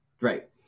Right